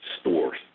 stores